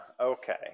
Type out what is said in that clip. okay